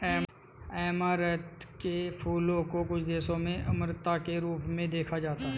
amaranth के फूलों को कुछ देशों में अमरता के रूप में देखा जाता है